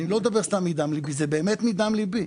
אני לא אומר סתם שאני מדבר מדם ליבי - זה באמת מדם ליבי.